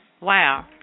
Wow